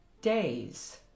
days